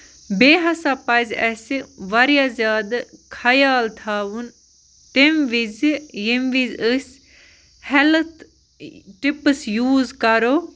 بیٚیہِ ہسا پَزِ اَسہِ واریاہ زیادٕ خیال تھاوُن تَمہِ وِزِ ییٚمہِ وِزِ أسۍ ہیلٕتھ ٹِپٕس یوٗز کرو